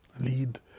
lead